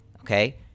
okay